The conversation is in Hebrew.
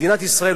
מדינת ישראל,